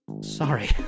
Sorry